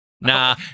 Nah